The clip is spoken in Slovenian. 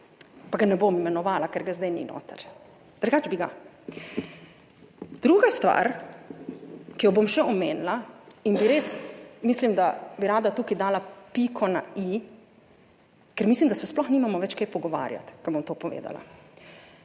Pa ga ne bom imenovala, ker ga zdaj ni noter, drugače bi ga. Druga stvar, ki jo bom še omenila in bi res, mislim, da bi rada tukaj dala piko na i, ker mislim, da se sploh nimamo več kaj pogovarjati, ko bom to povedala.